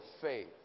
faith